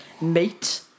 Mate